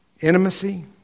Intimacy